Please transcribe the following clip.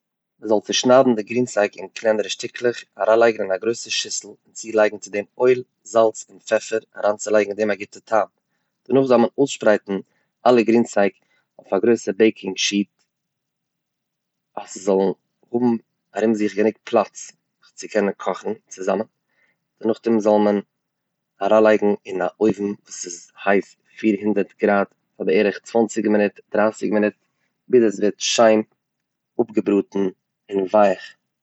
מ'זאל צושניידן די גרינצייג אין קלענערע שטיקלעך אריינלייגן אין א גרויסע שיסל צולייגן צו דעם אויל, זאלץ, פעפער אריינצולייגן אין דעם א גוטע טעם, דערנאך זאל מען אויסשפרייטן אלע גרינצייג אויף א גרויסע בעיקינג שיט אז ס'זאל האבן ארום זיך גענוג פלאץ זיך צו קענען קאכן צוזאמען, נאכדעם זאל מען אריינלייגן אין א אויוון וואס איז הייס פיר הונדערט גראד פאר בערך צוואנציג מינוט, דרייסיג מינוט, ביז עס ווערט שיין אפגעבראטן און ווייעך.